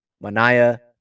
Mania